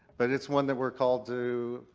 but it's one that we're called to,